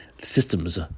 systems